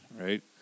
right